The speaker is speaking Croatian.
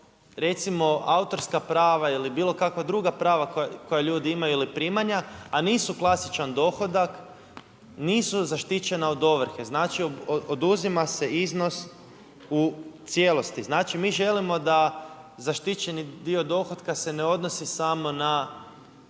recimo autorska prava ili bilo kakva druga prava koja ljudi imaju ili primanja, a nisu klasičan dohodak nisu zaštićena od ovrhe. Znači, oduzima se iznos u cijelosti. Znači, mi želimo da zaštićeni dio dohotka se ne odnosi samo na